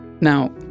Now